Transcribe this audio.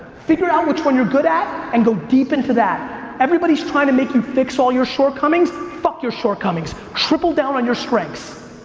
figure out which one you're good at and go deep into that. everybody's trying to make you fix all your shortcomings fuck your shortcomings. triple down on your strengths.